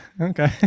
okay